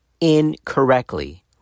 incorrectly